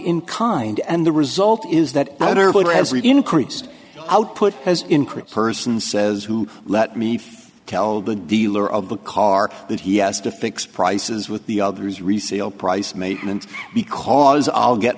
kind and the result is that has really increased output has increased person says who let me tell the dealer of the car that he has to fix prices with the others resale price maintenance because i'll get